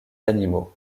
animaux